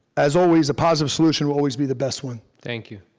as always, a positive solution will always be the best one. thank you.